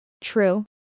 True